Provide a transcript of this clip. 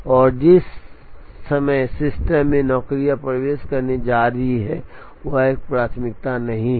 और जिस समय सिस्टम में नौकरियां प्रवेश करने जा रही हैं वह एक प्राथमिकता नहीं है